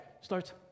Starts